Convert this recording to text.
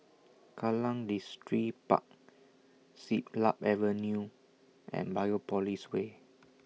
Kallang Distripark Siglap Avenue and Biopolis Way